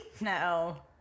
No